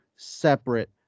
separate